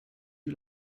you